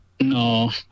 No